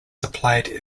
supplied